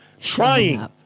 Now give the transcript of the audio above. trying